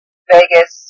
Vegas